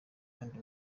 abandi